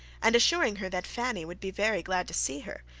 and, assuring her that fanny would be very glad to see her,